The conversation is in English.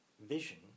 vision